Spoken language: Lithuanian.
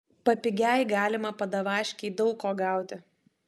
papigiaj galima padavaškėj daug ko gauti